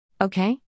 Okay